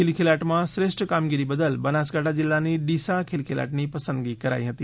ખિલખિલાટમાં શ્રેષ્ઠ કામગીરી બદલ બનાસકાંઠા જિલ્લાની ડીસા ખિલખિલાટની પસંદગી કરાઇ હતી